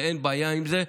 ואין בעיה עם זה,